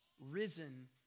risen